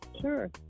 Sure